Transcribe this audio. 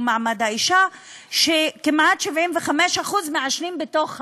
מעמד האישה שכמעט 75% מעשנים בתוך הבית.